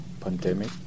pandemic